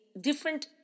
different